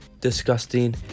disgusting